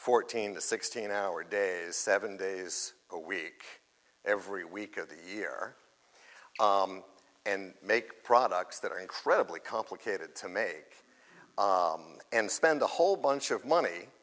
fourteen to sixteen hour days seven days a week every week of the year and make products that are incredibly complicated to make and spend a whole bunch of money